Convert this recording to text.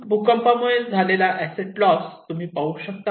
भूकंपामुळे झालेला accept loss तुम्ही पाहू शकतात